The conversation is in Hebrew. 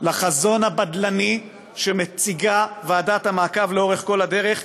על החזון הבדלני שמציגה ועדת המעקב לאורך כל הדרך,